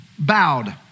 bowed